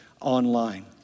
online